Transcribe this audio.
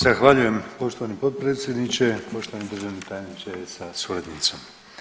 Zahvaljujem poštovani potpredsjedniče, poštovani državni tajniče sa suradnicom.